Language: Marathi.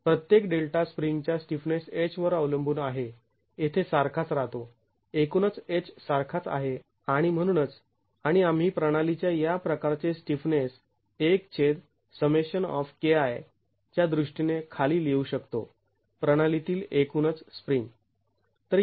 प्रत्येक डेल्टा स्प्रिंगच्या स्टिफनेस H वर अवलंबून आहे येथे सारखाच राहतो एकुणच H सारखाच आहे आणि म्हणूनच आणि आम्ही प्रणाली च्या या प्रकारचे स्टिफनेस च्या दृष्टीने खाली लिहू शकतो प्रणाली तील एकूणच स्प्रिंग